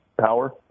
power